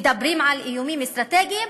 מדברים על איומים אסטרטגיים?